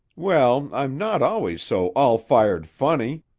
well, i'm not always so all-fired funny,